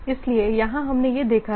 इसलिए यहां हमने यह देखा है